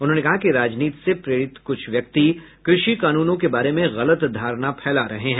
उन्होंने कहा कि राजनीति से प्रेरित कुछ व्यक्ति कृषि कानूनों के बारे में गलत धारणा फैला रहे हैं